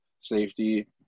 safety